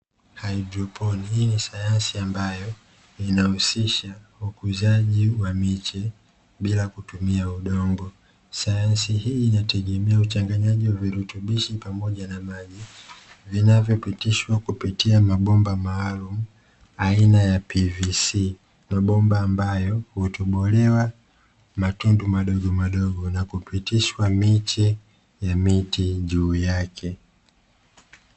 Haidroponi hii ni sayansi ambayo inahusisha ukuzaji wa miche bila kutumia udongo, sayansi hii inategemea uchanganyaji wa virutubisho pamoja na maji, vinavyopitishwa kupitia mabomba maalumu aina ya pivisi, mabomba ambayo hutobolewa matundu madogo madogo, na kupitishwa miche ya miti juu yake.